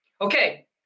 Okay